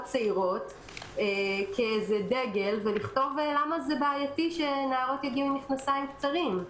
צעירות כאיזה דגל ולכתוב למה בעייתי שנערות יגיעו עם מכנסיים קצרים.